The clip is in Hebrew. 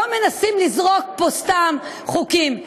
ולא מנסים לזרוק פה סתם חוקים.